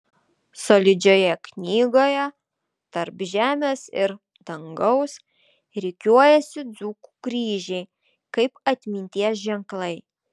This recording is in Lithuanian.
solidžioje knygoje tarp žemės ir dangaus rikiuojasi dzūkų kryžiai kaip atminties ženklai